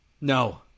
No